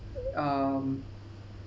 um